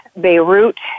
Beirut